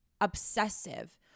obsessive